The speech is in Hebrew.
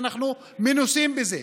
אנחנו מנוסים בזה,